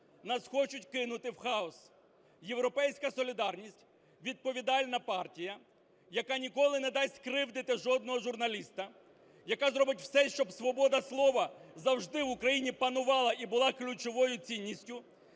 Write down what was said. нас хочуть кинути в хаос. "Європейська солідарність" – відповідальна партія, яка ніколи не дасть скривдити жодного журналіста, яка зробить все, щоб свобода слова завжди в Україні панувала і була ключовою цінністю,